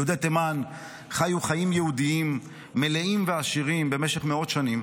יהודי תימן חיו חיים יהודיים מלאים ועשירים במשך מאות שנים.